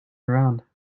around